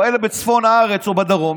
או אלה בצפון הארץ או בדרום,